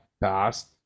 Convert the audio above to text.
past